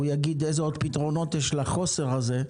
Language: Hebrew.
הוא יגיד איזה עוד פתרונות יש לחוסר הזה,